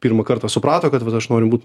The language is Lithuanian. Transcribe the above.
pirmą kartą suprato kad aš noriu būt